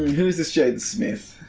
who is this jaden smith?